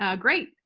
ah great,